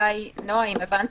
נועה,